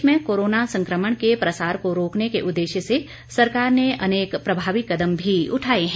प्रदेश में कोरोना संक्रमण के प्रसार को रोकने के उद्देश्य से सरकार ने अनेक प्रभावी कदम भी उठाए हैं